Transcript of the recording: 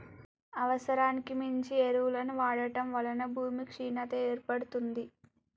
అవసరానికి మించి ఎరువులను వాడటం వలన భూమి క్షీణత ఏర్పడుతుంది